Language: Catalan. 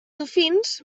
dofins